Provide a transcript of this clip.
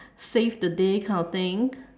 save the day kind of thing